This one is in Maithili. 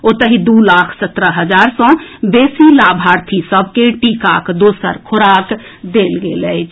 ओतहि दू लाख सत्रह हजार सँ बेसी लाभार्थी सभ के टीकाक दोसर खोराक देल गेल अछि